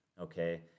okay